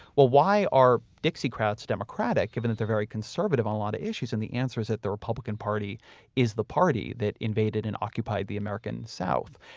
well, why are dixiecrats democratic given that they're very conservative on a lot of issues? and the answer is that the republican party is the party that invaded and occupied the american south.